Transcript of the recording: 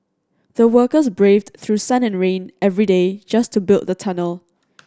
the workers braved through sun and rain every day just to build the tunnel